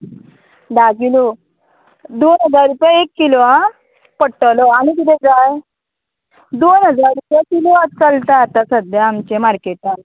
धा किलो दोन हजार रुपया एक किलो आं पडटलो आनी किदें जाय दोन हजार रुपया किलो आज चलता आतां सद्द्या आमच्या मार्केटान